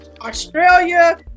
Australia